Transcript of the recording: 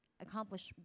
Accomplish